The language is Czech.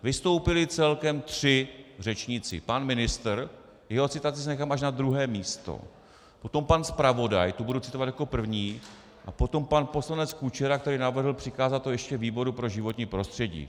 Vystoupili celkem tři řečníci: pan ministr, jeho citace si nechám až na druhé místo, potom pan zpravodaj, to budu citovat jako první, a potom pan poslanec Kučera, který to navrhl přikázat ještě výboru pro životní prostředí.